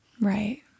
Right